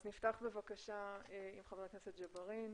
אז נפתח עם חבר הכנסת ג'בארין.